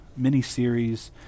miniseries